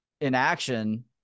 inaction